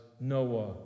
Noah